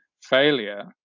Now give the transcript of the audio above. failure